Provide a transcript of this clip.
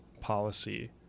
policy